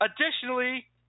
Additionally